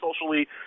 socially